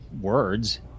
words